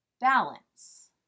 balance